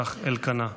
כך אלקנה.